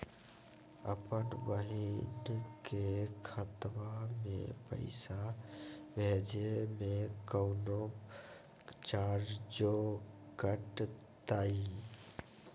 अपन बहिन के खतवा में पैसा भेजे में कौनो चार्जो कटतई?